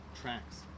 tracks